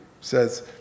says